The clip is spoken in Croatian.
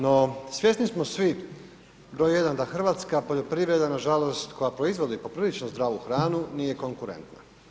No, svjesni smo svi broj jedan da hrvatska poljoprivreda nažalost koja proizvodi poprilično zdravu hranu nije konkurentna.